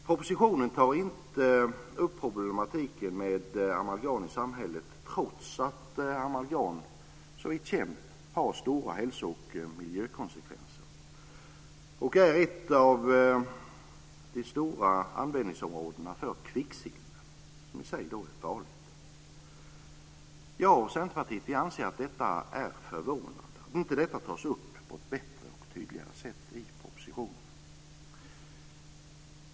Propositionen tar inte upp problematiken med amalgam i samhället trots att amalgam såvitt känt har stora hälso och miljökonsekvenser. Det är ett av de stora användningsområdena för kvicksilver, som i sig är farligt. Jag och Centerpartiet anser att det är förvånande att det inte tas upp på ett bättre och tydligare sätt i propositionen.